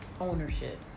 ownership